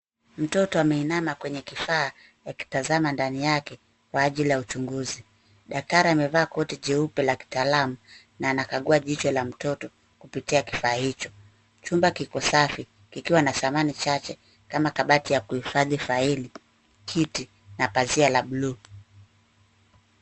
Mtoto ameinama kwenye kifaa akitazama ndani yake kwa ajili ya uchunguzi. Daktari amevaa koti jeupe la kitaalamu na anakagua jicho la mtoto kupitia kifaa hicho. Chumba kiko safi kikiwa na samani chache kama kabati ya kuhifadhi faili, kiti na pazia ya buluu.